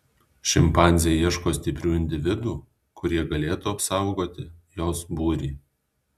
šimpanzė ieško stiprių individų kurie galėtų apsaugoti jos būrį